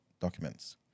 documents